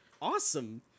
awesome